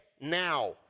now